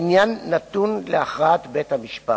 העניין נתון להכרעת בית-המשפט,